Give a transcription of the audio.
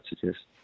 suggest